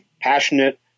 passionate